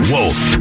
Wolf